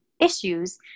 issues